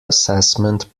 assessment